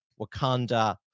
Wakanda